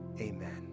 amen